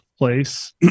place